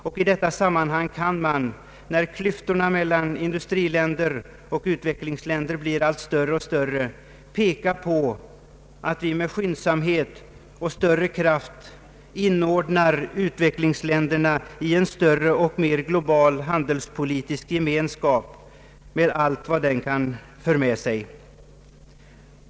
Och i detta sammanhang kan man, när klyftorna mellan industriländer och utvecklingsländer blir allt större, peka på att vi med skyndsamhet och större kraft inordnar utvecklingsländerna i en större och mer global handelspolitisk gemenskap med allt vad den kan föra med sig.